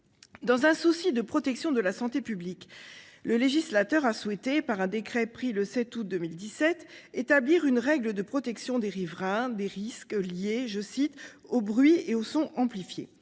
Dans un souci de protection de la santé publique, le législateur a souhaité, par un décret pris le 7 août 2017, établir une règle de protection des riverains, des risques liés, je cite, au bruit et au son amplifié.